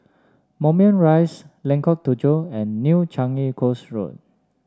Moulmein Rise Lengkong Tujuh and New Changi Coast Road